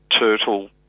turtle